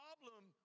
problem